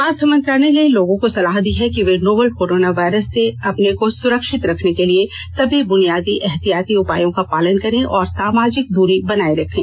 स्वास्थ्य मंत्रालय ने लोगों को सलाह दी है कि वे नोवल कोरोना वायरस से अपने को सुरक्षित रखने के लिए सभी बुनियादी एहतियाती उपायों का पालन करें और सामाजिक दूरी बनाए रखें